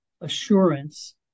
assurance